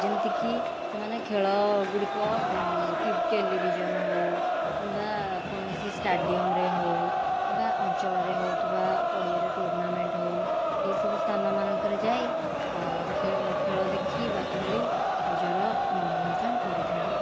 ଯେମିତିକି ସେମାନେ ଖେଳ ଗୁଡ଼ିକ କି ଟେଲିଭିଜନ ହେଉ କିମ୍ବା କୌଣସି ଷ୍ଟାଡ଼ିୟମରେ ହେଉ କିମ୍ବା ଅଞ୍ଚଳରେ ହେଉଥିବା ପଡ଼ିଆରେ ଟୁର୍ଣ୍ଣାମେଣ୍ଟ ହେଉ ଏହି ସବୁ ସ୍ଥାନ ମାନଙ୍କରେ ଯାଇ ଖେଳ ଦେଖି ବା ଖେଳି ନିଜର ମନୋରଞ୍ଜନ କରିଥାନ୍ତି